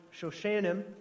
Shoshanim